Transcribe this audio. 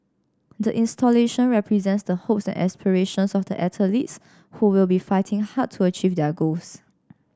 the installation represents the hopes and aspirations of the athletes who will be fighting hard to achieve their goals